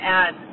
add